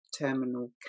terminal